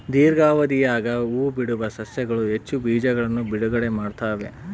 ದೀರ್ಘಾವಧಿಯಾಗ ಹೂಬಿಡುವ ಸಸ್ಯಗಳು ಹೆಚ್ಚು ಬೀಜಗಳನ್ನು ಬಿಡುಗಡೆ ಮಾಡ್ತ್ತವೆ